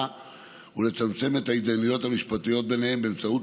ולצמצם את ההתדיינויות המשפטיות ביניהם באמצעות